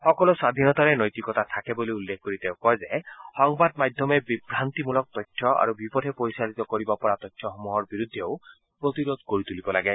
সকলো স্বধীনতাৰে নৈতিকতা থাকে বুলি উল্লেখ কৰি তেওঁ কয় যে সংবাদ মাধ্যমে বিভান্তিমূলক তথ্য আৰু বিপথে পৰিচালিত কৰিব পৰা তথ্যসমূহৰ বিৰুদ্ধেও প্ৰতিৰোধ গঢ়ি তূলিব লাগে